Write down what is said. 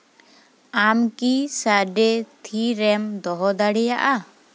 ᱟᱢ ᱠᱤ ᱥᱟᱰᱮ ᱛᱷᱤᱨᱮᱢ ᱫᱚᱦᱚ ᱫᱟᱲᱮᱭᱟᱜᱼᱟ